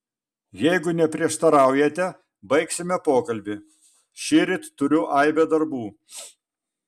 jeigu neprieštaraujate baigsime pokalbį šįryt turiu aibę darbų